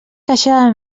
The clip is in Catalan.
queixava